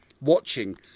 watching